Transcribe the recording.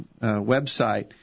website